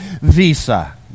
Visa